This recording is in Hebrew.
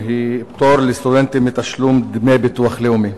פטור לסטודנטים מתשלום דמי ביטוח לאומי.